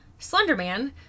Slenderman